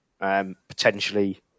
Potentially